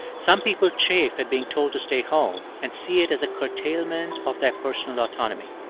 some people chafe at being told to stay home and see it as a curtailment of their personal autonomy.